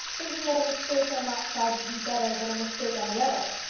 thinking that a mistake on that side would be better than a mistake on the other.